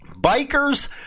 Bikers